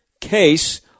case